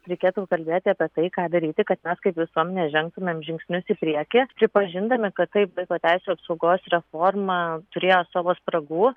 reikėtų kalbėti apie tai ką daryti kad mes kaip visuomenė žengtumėm žingsnius į priekį pripažindami kad taip vaiko teisių apsaugos reforma turėjo savo spragų